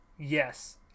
Yes